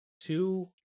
Two